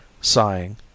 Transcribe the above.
sighing